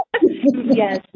Yes